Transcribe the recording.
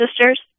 sisters